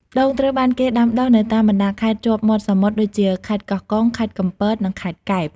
ដូងត្រូវបានគេដាំដុះនៅតាមបណ្តាខេត្តជាប់មាត់សមុទ្រដូចជា ខេត្តកោះកុង ខេត្តកំពត និង ខេត្តកែប។